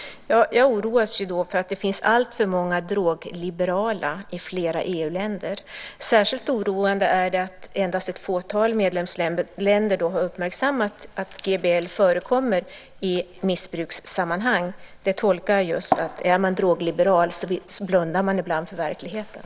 Jag oroas då av att det finns alltför många drogliberala i flera EU-länder. Särskilt oroande är det att endast ett fåtal medlemsländer har uppmärksammat att GBL förekommer i missbrukssammanhang. Det tolkar jag just som att om man är drogliberal blundar man ibland för verkligheten.